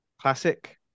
classic